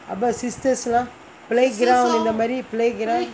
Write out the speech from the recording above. அப்போ:appo sisters லாம்:lam playground இந்த மாரி:intha maari playground